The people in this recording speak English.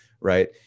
right